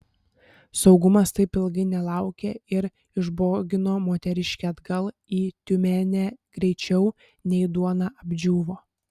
saugumas taip ilgai nelaukė ir išbogino moteriškę atgal į tiumenę greičiau nei duona apdžiūvo